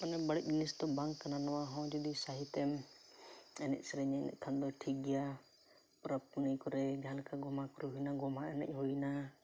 ᱢᱟᱱᱮ ᱵᱟᱹᱲᱤᱡ ᱡᱤᱱᱤᱥ ᱰᱚ ᱵᱟᱝ ᱠᱟᱱᱟ ᱱᱚᱣᱟ ᱦᱚᱸ ᱡᱩᱫᱤ ᱥᱟᱹᱦᱤᱛᱮᱢ ᱮᱱᱮᱡ ᱥᱮᱨᱮᱧ ᱮᱫ ᱠᱷᱟᱱ ᱫᱚ ᱴᱷᱤᱠ ᱜᱮᱭᱟ ᱯᱚᱨᱚᱵ ᱯᱩᱱᱟᱹᱭ ᱠᱚᱨᱮ ᱡᱟᱦᱟᱸ ᱞᱮᱠᱟ ᱜᱚᱢᱦᱟ ᱯᱚᱨᱚᱵ ᱦᱩᱭᱮᱱᱟ ᱜᱚᱢᱦᱟ ᱮᱱᱮᱡ ᱦᱩᱭᱮᱱᱟ